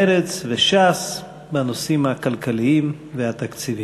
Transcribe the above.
מרצ וש"ס בנושאים הכלכליים והתקציביים.